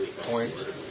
point